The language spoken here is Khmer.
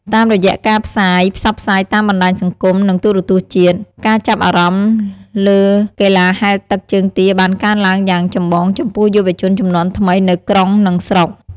តាមរយៈការផ្សាយផ្សព្វផ្សាយតាមបណ្តាញសង្គម និងទូរទស្សន៍ជាតិ ការចាប់អារម្មណ៍លើកីឡាហែលទឹកជើងទាបានកើនឡើងយ៉ាងចម្បងចំពោះយុវជនជំនាន់ថ្មីនៅក្រុងនិងស្រុក។